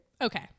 Okay